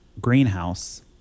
greenhouse